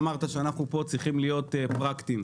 אמרת שאנחנו פה צריכים להיות פרקטיים.